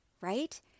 right